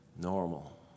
Normal